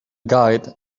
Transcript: guide